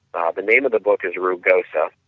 the ah but name of the book is rugosa.